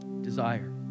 Desire